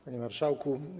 Panie Marszałku!